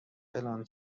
فلان